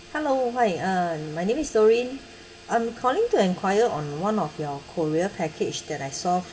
hello hi uh my name is doreen I'm calling to enquire on one of your korea package that I saw from